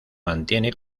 mantiene